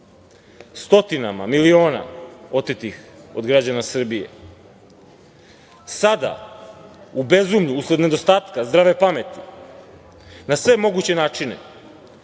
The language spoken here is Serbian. stotinama miliona otetih od građana Srbije. Sada, u bezumlju, usled nedostatka zdrave pameti, na sve moguće načine